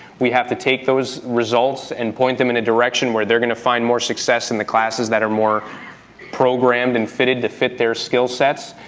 we have to take those results, and point them in a direction where they're gonna find more success in the classes that are more programmed and fitted to fit their skill sets,